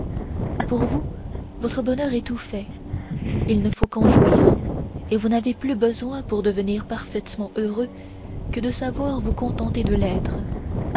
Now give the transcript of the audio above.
pour vous votre bonheur est tout fait il ne faut qu'en jouir et vous n'avez plus besoin pour devenir parfaitement heureux que de savoir vous contenter de l'être